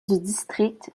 district